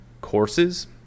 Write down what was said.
courses